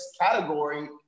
category